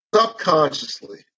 subconsciously